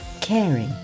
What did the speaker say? caring